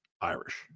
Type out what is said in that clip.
irish